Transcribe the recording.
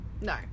No